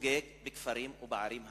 בכפרים ובערים הערביות.